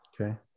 Okay